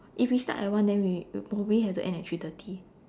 if we start at one then we we probably have to end at three thirty